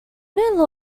new